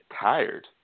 tired